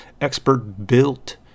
expert-built